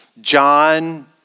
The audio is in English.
John